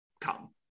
come